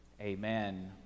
Amen